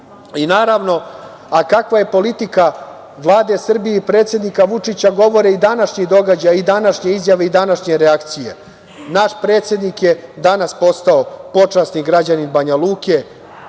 budžeta. Kakva je politika Vlade Srbije i predsednika Vučića govore i današnji događaji i današnje izjave i današnje reakcije. Naš predsednik je danas postao počasni građanin Banja Luke,